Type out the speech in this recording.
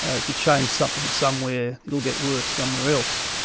if you change something somewhere, it'll get worse somewhere else.